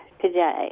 today